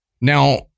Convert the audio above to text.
Now